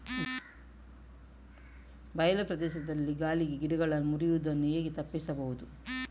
ಬಯಲು ಪ್ರದೇಶದಲ್ಲಿ ಗಾಳಿಗೆ ಗಿಡಗಳು ಮುರಿಯುದನ್ನು ಹೇಗೆ ತಪ್ಪಿಸಬಹುದು?